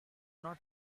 not